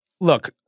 Look